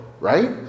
right